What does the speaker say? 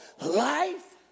life